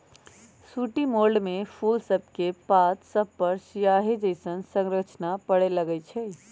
sooty mould में फूल सभके पात सभपर सियाहि जइसन्न संरचना परै लगैए छइ